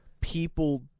people